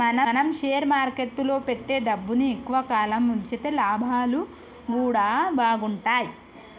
మనం షేర్ మార్కెట్టులో పెట్టే డబ్బుని ఎక్కువ కాలం వుంచితే లాభాలు గూడా బాగుంటయ్